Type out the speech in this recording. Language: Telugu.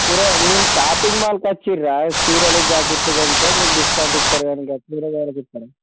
కూరగాయలు మీరు షాపింగ్ మాల్కొచ్చినారా చీరలు జాకెట్లు కొంటే మీకు డిస్కౌంట్ ఇస్తారు గానీ ఇంకా కూరగాయలకిస్తరా